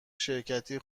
شرکتی